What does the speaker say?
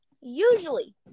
Usually